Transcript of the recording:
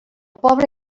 pobre